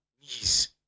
knees